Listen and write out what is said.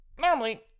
Normally